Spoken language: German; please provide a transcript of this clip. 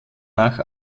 nach